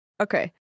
Okay